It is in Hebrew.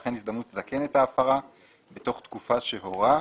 וכן הזדמנות לתקן את ההפרה בתוך תקופה שהורה,